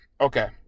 okay